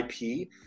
IP